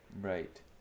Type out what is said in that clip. Right